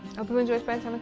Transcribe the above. hope you've enjoyed spending